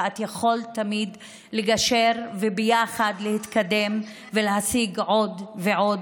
ויכולת תמיד לגשר וביחד להתקדם ולהשיג עוד ועוד,